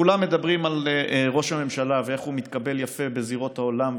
כולם מדברים על ראש הממשלה ואיך הוא מתקבל יפה בזירות העולם,